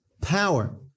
power